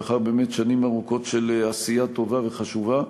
לאחר שנים ארוכות של עשייה טובה וחשובה,